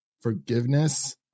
forgiveness